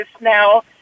now